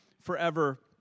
forever